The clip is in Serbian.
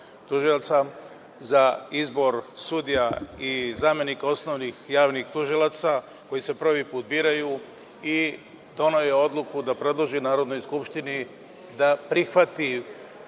za izbor sudija i zamenika osnovnih i javnih tužilaca koji se prvi put biraju i doneo je odluku da predloži Narodnoj skupštini da prihvati